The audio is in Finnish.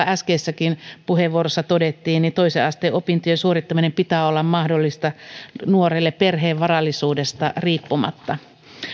äskeisessäkin puheenvuorossa todettiin toisen asteen opintojen suorittamisen pitää olla mahdollista nuorelle perheen varallisuudesta riippumatta